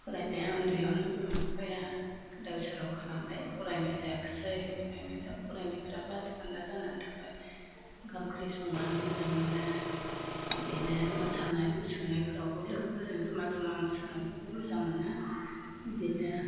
फरायनाया उन्दैयावनो बिमा बिफाया गोदाव सोराव खालामबाय फरायनाय जायाखिसै बेखायनो दा फरायनायफ्राबो आसखान्दा जानानै थाबाय ओंखाम ओंख्रि संनानै मोजां मोनो बिदिनो मोसानाय मुसुरनायफ्रावबो लोगोफोरजों ज'मा ज'मा मोसानायफोरबो मोजां मोनो बिदिनो